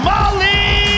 Molly